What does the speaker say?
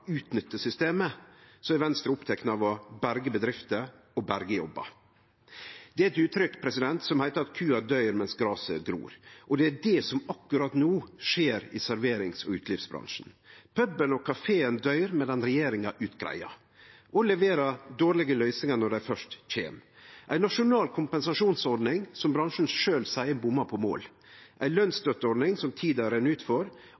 utnytte systemet, er Venstre oppteke av å berge bedrifter og berge jobbar. Det er eit uttrykk som heiter at kua døyr mens graset gror, og det er det som akkurat no skjer i serverings- og utelivsbransjen. Puben og kafeen døyr medan regjeringa utgreier og leverer dårlege løysingar når dei først kjem: ei nasjonal kompensasjonsordning som bransjen sjølv seier bommar på mål, ei